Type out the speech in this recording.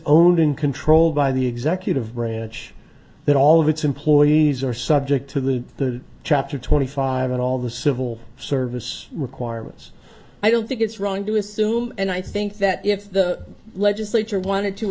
owned and controlled by the executive branch that all of its employees are subject to the chapter twenty five and all the civil service requirements i don't think it's wrong to assume and i think that if the legislature want